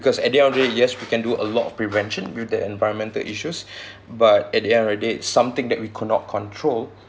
because at the end of the day yes we can do a lot of prevention with the environmental issues but at the end of the day something that we could not control